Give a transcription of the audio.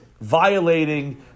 violating